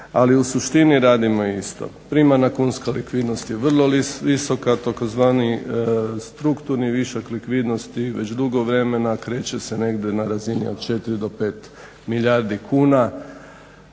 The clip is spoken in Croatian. ali u suštini radimo isto. Primarna kunska likvidnost je vrlo visoka, a tzv. strukturni višak likvidnosti već dugo vremena kreće se negdje na razini od 4 do 5 milijardi kuna.